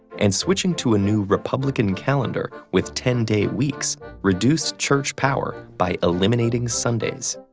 and switching to a new republican calendar with ten-day weeks reduced church power by eliminating sundays.